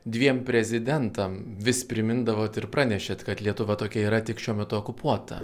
dviem prezidentam vis primindavot ir pranešėt kad lietuva tokia yra tik šiuo metu okupuota